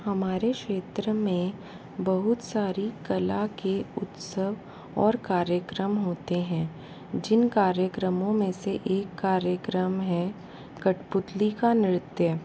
हमारे क्षेत्र में बहुत सारी कला के उत्सव और कार्यक्रम होते हैं जिन कार्यक्रमों में से एक कार्यक्रम है कटपुतली का नृत्य